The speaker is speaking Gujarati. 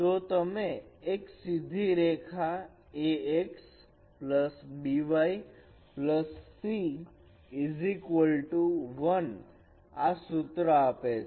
તો તમે એક સીધી રેખા ax by c 1 આ સૂત્ર આપે છે